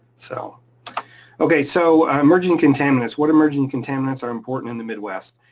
so okay, so emerging contaminants, what emerging contaminants are important in the mid west?